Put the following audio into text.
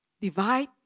Divide